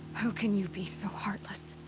how can you be so heartless?